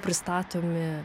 yra pristatomi